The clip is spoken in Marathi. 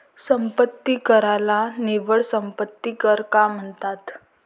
संपत्ती कराला निव्वळ संपत्ती कर का म्हणतात?